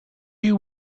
you